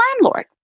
landlord